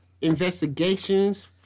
investigations